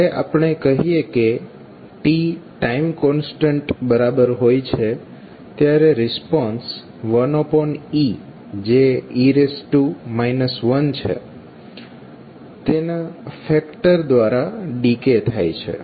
જ્યારે આપણે કહીએ કે t ટાઈમ કોન્સ્ટન્ટ બરાબર હોય છે ત્યારે રિસ્પોન્સ 1e જે e 1 છે તેના ફેક્ટર દ્વારા ડિકે થાય છે